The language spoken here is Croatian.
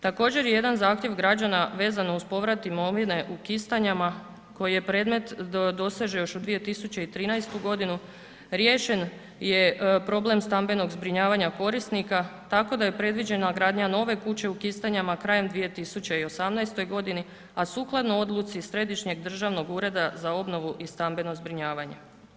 Također je jedan zahtjev građana vezano uz povrat imovine u Kistanjama koji je predmet doseže još od 2013. godinu riješen je problem stambenog zbrinjavanja korisnika tako da je predviđena gradnja nove kuće u Kistanjama krajem 2018. godine, a sukladno odluci Središnjeg državnog ureda za obnovu i stambeno zbrinjavanje.